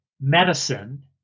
medicine